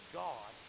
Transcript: god